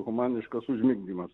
humaniškas užmigdymas